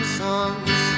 songs